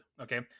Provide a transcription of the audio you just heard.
Okay